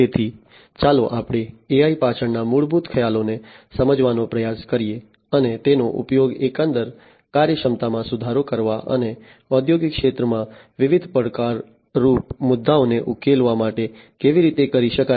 તેથી ચાલો આપણે AI પાછળના મૂળભૂત ખ્યાલોને સમજવાનો પ્રયાસ કરીએ અને તેનો ઉપયોગ એકંદર કાર્યક્ષમતામાં સુધારો કરવા અને ઔદ્યોગિક ક્ષેત્રમાં વિવિધ પડકારરૂપ મુદ્દાઓને ઉકેલવા માટે કેવી રીતે કરી શકાય